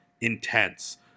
intense